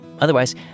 Otherwise